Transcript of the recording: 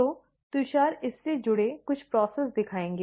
तो तुषार इससे जुड़ी कुछ प्रक्रिया दिखाएंगे